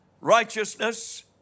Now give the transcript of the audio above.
righteousness